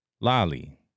Lolly